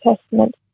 Testament